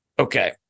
okay